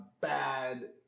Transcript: bad